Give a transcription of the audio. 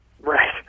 Right